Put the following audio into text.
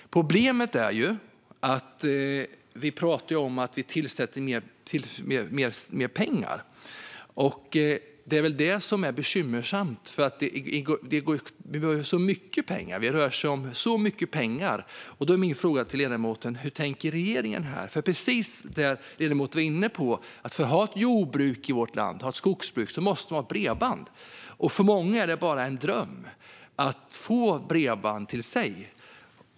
Problemet är att vi pratar om att tillsätta mer pengar. Det är det som är bekymmersamt, för det är så mycket pengar det rör sig om. Därför är min fråga till ledamoten: Hur tänker regeringen här? Precis som ledamoten var inne på handlar det om att ha ett jordbruk och ett skogsbruk i vårt land, och då måste vi ha bredband. För många är det bara en dröm att få bredband till sig.